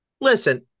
Listen